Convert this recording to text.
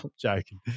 joking